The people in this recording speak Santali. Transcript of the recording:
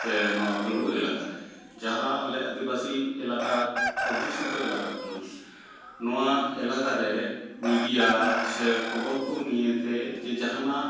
ᱥᱮ ᱱᱚᱣᱟ ᱯᱟᱺᱰᱩᱣᱟᱹ ᱮᱞᱟᱠᱟᱨᱮ ᱡᱟᱦᱟᱸ ᱟᱞᱮ ᱟᱫᱤᱵᱟᱥᱤ ᱮᱞᱟᱠᱟ ᱚᱫᱽᱫᱷᱩᱥᱤᱛᱚ ᱮᱞᱟᱠᱟ ᱠᱟᱱᱟ ᱱᱚᱣᱟ ᱮᱞᱟᱠᱟᱨᱮ ᱢᱤᱰᱤᱭᱟ ᱥᱮ ᱠᱷᱚᱵᱚᱨᱠᱚ ᱱᱤᱭᱟᱹᱛᱮ ᱡᱮ ᱡᱟᱦᱟᱱᱟᱜ